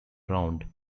around